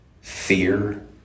fear